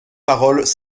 paroles